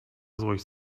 złość